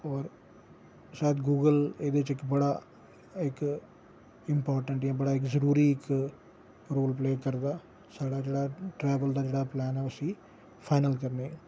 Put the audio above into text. होर शायद गूगल एह्दे च बड़ा इक इम्पार्टेंट जां इक बड़ा ज़रूरी रोल प्ले करदा साढ़ा जेह्ड़ा ट्रैवल दा इक पलैन ऐ उसी फाईनल करने गी